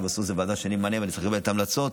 כי בסוף זו ועדה שאני ממנה ואני צריך לקבל את ההמלצות,